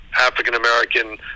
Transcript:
African-American